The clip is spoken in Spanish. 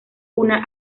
una